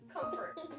Comfort